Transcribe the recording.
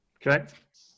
Correct